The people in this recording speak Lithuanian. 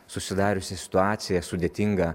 susidariusią situaciją sudėtingą